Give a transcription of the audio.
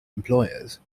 employers